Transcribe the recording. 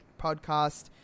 podcast